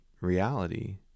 reality